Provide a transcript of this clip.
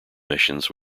missions